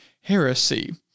heresy